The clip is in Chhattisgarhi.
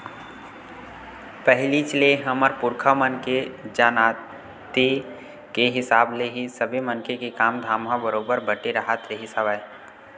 पहिलीच ले हमर पुरखा मन के जानती के हिसाब ले ही सबे मनखे के काम धाम ह बरोबर बटे राहत रिहिस हवय